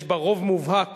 יש בה רוב מובהק